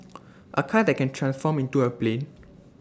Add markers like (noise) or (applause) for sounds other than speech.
(noise) A car that can transform into A plane